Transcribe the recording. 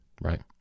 right